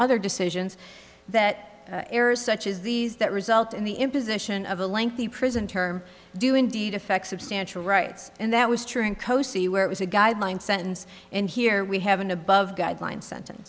other decisions that errors such as these that result in the imposition of a lengthy prison term do indeed affect substantial rights and that was true in cosi where it was a guideline sentence and here we have an above guideline sentance